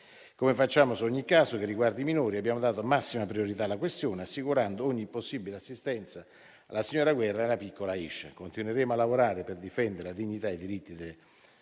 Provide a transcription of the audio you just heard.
Come facciamo su ogni caso che riguardi i minori, abbiamo dato massima priorità alla questione, assicurando ogni possibile assistenza alla signora Guerra e alla piccola Aisha. Continueremo a lavorare per difendere la dignità e i diritti delle nostre